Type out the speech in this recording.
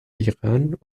iran